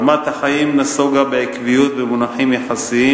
רמת החיים נסוגה בעקביות במונחים יחסיים